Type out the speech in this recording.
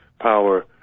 power